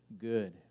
good